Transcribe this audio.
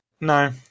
No